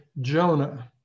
Jonah